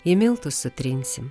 į miltus sutrinsim